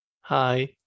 Hi